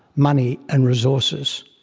money and resources.